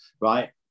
right